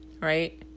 right